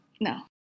No